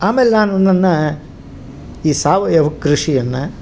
ಆಮೇಲೆ ನಾನು ನನ್ನ ಈ ಸಾವಯವ ಕೃಷಿಯನ್ನ